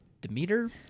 Demeter